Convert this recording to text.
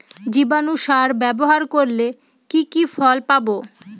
জীবাণু সার ব্যাবহার করলে কি কি ফল পাবো?